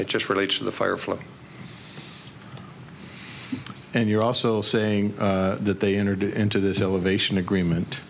it just relates to the fire flow and you're also saying that they entered into this elevation agreement